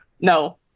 No